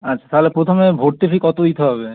আচ্ছা তাহলে প্রথমে ভর্তি ফি কতো দিতে হবে